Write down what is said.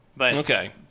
Okay